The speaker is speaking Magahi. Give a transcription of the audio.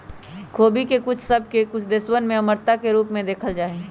खोबी के फूल सभ के कुछ देश में अमरता के रूप में देखल जाइ छइ